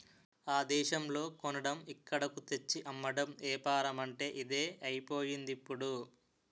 ఆ దేశంలో కొనడం ఇక్కడకు తెచ్చి అమ్మడం ఏపారమంటే ఇదే అయిపోయిందిప్పుడు